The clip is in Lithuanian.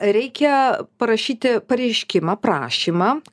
reikia parašyti pareiškimą prašymą